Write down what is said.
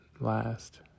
last